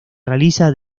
realiza